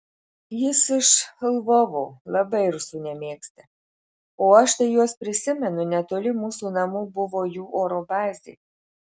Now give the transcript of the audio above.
jis iš lvovo labai rusų nemėgsta o aš tai juos prisimenu netoli mūsų namų buvo jų oro bazė